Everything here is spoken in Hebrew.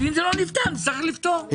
ואם לא נפתר נפתור,